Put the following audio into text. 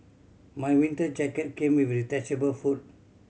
my winter jacket came with a detachable hood